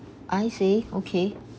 I see okay